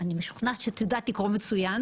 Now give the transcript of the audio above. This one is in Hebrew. אני משוכנעת שאת יודעת לקרוא מצוין.